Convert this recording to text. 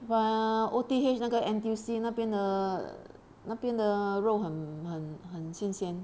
!whoa! O T H 那个 N_T_U_C 那边的那边的肉很很很新鲜